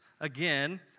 again